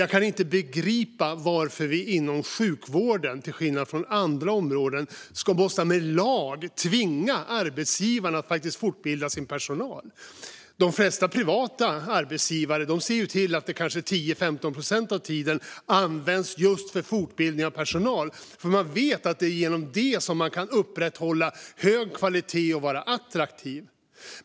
Jag kan inte begripa varför vi inom sjukvården, till skillnad från inom andra områden, i lag ska tvinga arbetsgivarna att fortbilda sin personal. De flesta privata arbetsgivare ser till att kanske 10-15 procent av tiden används just för fortbildning av personal. Man vet att man genom detta kan upprätthålla hög kvalitet och vara attraktiv.